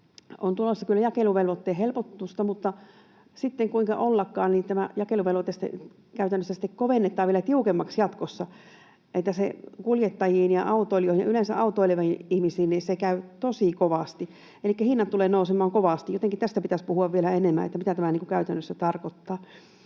On tulossa kyllä jakeluvelvoitteeseen helpotusta, mutta sitten, kuinka ollakaan, tämä jakeluvelvoite käytännössä kovennetaan vielä tiukemmaksi jatkossa, niin että kuljettajiin ja autoilijoihin ja yleensä autoileviin ihmisiin se käy tosi kovasti, elikkä hinnat tulevat nousemaan kovasti. Jotenkin tästä pitäisi puhua vielä enemmän, mitä tämä käytännössä tarkoittaa.